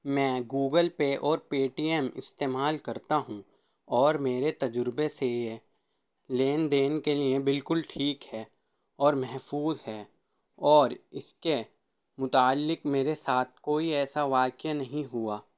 میں Google Pay اور Paytm استعمال کرتا ہوں اور میرے تجربے سے یہ لین دین کے لیے بالکل ٹھیک ہیں اور محفوظ ہیں اور اس کے متعلق میرے ساتھ کوئی ایسا واقعہ نہیں ہوا